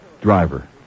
driver